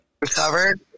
Recovered